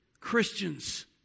Christians